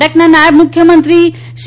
કર્ણાટકના નાયબ મુખ્યમંત્રી સી